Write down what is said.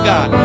God